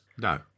No